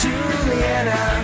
Juliana